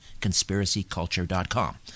conspiracyculture.com